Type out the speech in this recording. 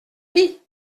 vie